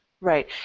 right